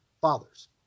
fathers